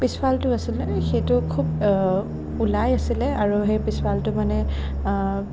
পিছফালটো আছিলে সেইটো খুব ওলাই আছিলে আৰু সেই পিছফালটো মানে